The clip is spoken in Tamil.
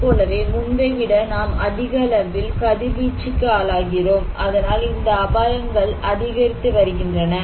அதுபோலவே முன்பை விட நாம் அதிகஅளவில் கதிர்வீச்சுக்கு ஆளாகிறோம் அதனால் இந்த அபாயங்கள் அதிகரித்து வருகின்றன